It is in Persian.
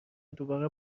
دوباره